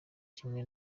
kimwe